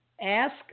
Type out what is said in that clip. ask